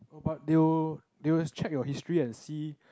but do do you check your history and see